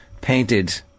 painted